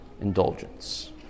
indulgence